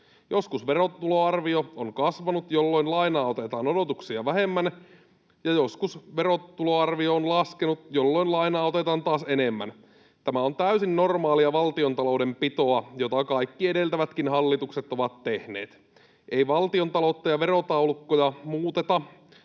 Joskus verotuloarvio on kasvanut, jolloin lainaa otetaan odotuksia vähemmän, ja joskus verotuloarvio on laskenut, jolloin lainaa otetaan taas enemmän. Tämä on täysin normaalia valtiontaloudenpitoa, jota kaikki edeltävätkin hallitukset ovat tehneet. Ei valtiontaloutta ja verotaulukkoja muuteta